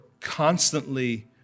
constantly